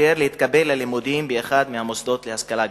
להתקבל ללימודים באחד מהמוסדות להשכלה גבוהה.